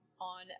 on